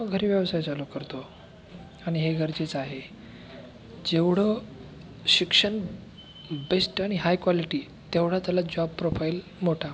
किंवा घरी व्यवसाय चालू करतो आणि हे गरजेचं आहे जेवढं शिक्षण बेस्ट आणि हाय क्वालिटी तेवढा त्याला जॉब प्रोफाइल मोठा